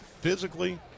physically